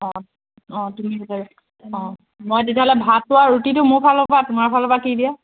অঁ অঁ তুমি যে অঁ মই তেতিয়াহ'লে ভাতটো আৰু ৰুটিটো মোৰ ফালৰপৰা তোমাৰ ফালৰপৰা কি দিয়া